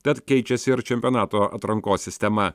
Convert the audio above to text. tad keičiasi ir čempionato atrankos sistema